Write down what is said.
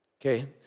Okay